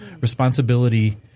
responsibility –